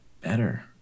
better